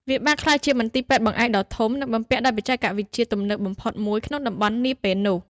វាបានក្លាយជាមន្ទីរពេទ្យបង្អែកដ៏ធំ និងបំពាក់ដោយបច្ចេកវិទ្យាទំនើបបំផុតមួយក្នុងតំបន់ នាពេលនោះ។